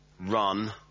run